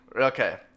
Okay